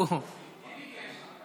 מי ביקש אותה?